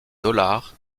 sur